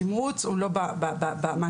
תמרוץ הוא לא אצלי,